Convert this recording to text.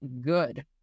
good